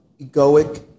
egoic